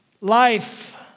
Life